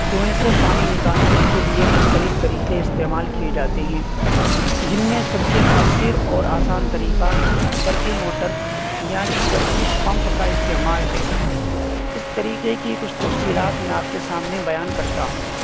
کنویں سے پانی نکالنے کے لیے مختلف طریقے استعمال کیے جاتے ہیں جن میں سب سے مؤثر اور آسان طریقہ برقی موٹر یعنی الیکٹرک پمپ کا استعمال ہے اس طریقے کی کچھ تفصیلات میں آپ کے سامنے بیان کرتا ہوں